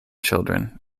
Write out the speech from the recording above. children